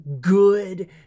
good